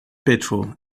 petrol